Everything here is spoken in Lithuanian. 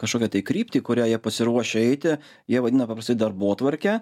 kažkokią tai kryptį kuria jie pasiruošę eiti jie vadina paprastai darbotvarke